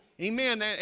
Amen